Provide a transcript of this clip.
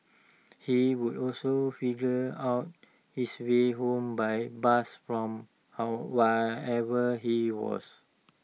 he would also figure out his way home by bus from how wherever he was